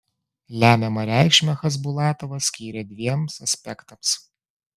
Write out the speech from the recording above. lemiamą reikšmę chasbulatovas skyrė dviems aspektams